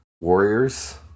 Warriors